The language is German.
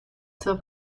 zur